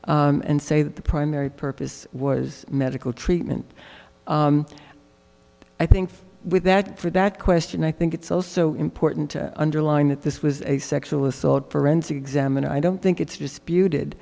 test and say that the primary purpose was medical treatment i think with that for that question i think it's also important to underline that this was a sexual assault forensic exam and i don't think it's disputed